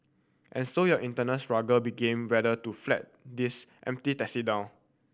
and so your internal struggle begin whether to flag these empty taxi down